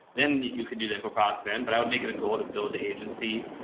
then you could do them for proxy then, but i would make it a goal to build the agency,